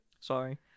Sorry